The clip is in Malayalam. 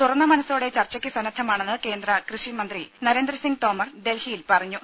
തുറന്ന മനസ്സോടെ ചർച്ചയ്ക്ക് സന്നദ്ധമാണെന്ന് കേന്ദ്ര കൃഷി മന്ത്രി നരേന്ദ്രിസംഗ് തോമർ ഡൽഹിയിൽ പറഞ്ഞു